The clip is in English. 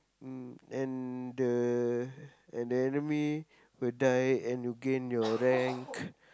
mm and the and the enemy would die and you gain your rank